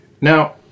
Now